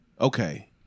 Okay